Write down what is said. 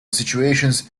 situations